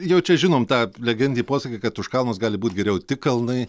jau čia žinom tą legendinį posakį kad už kalnus gali būt geriau tik kalnai